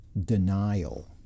denial